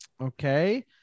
Okay